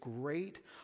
great